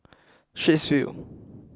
Straits View